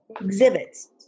exhibits